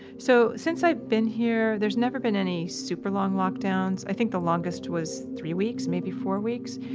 so since i've been here there's never been any super long lockdowns. i think the longest was three weeks, maybe four weeks.